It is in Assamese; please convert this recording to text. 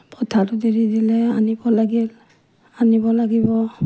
পথাৰত এৰি দিলে আনিব লাগিল আনিব লাগিব